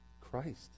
Christ